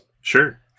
Sure